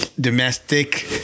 domestic